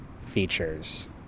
features